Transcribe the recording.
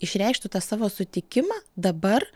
išreikštų tą savo sutikimą dabar